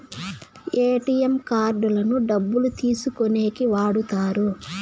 ATM కార్డులను డబ్బులు తీసుకోనీకి వాడుతారు